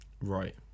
Right